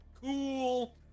Cool